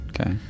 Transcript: Okay